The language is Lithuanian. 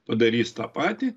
padarys tą patį